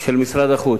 של משרד החוץ.